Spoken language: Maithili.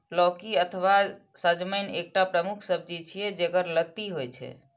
लौकी अथवा सजमनि एकटा प्रमुख सब्जी छियै, जेकर लत्ती होइ छै